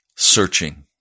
searching